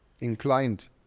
inclined